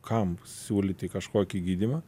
kam siūlyti kažkokį gydymą